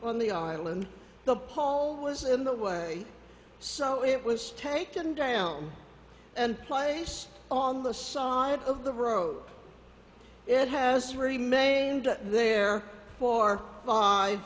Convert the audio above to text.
on the island the pole was in the way so it was taken down and place on the side of the road it has remained there for five